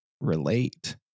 relate